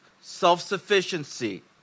Self-sufficiency